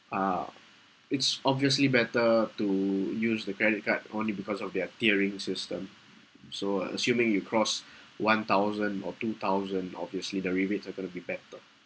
ah it's obviously better to use the credit card only because of their tiering system so assuming you cross one thousand or two thousand obviously the rebates are going to be better